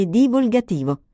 divulgativo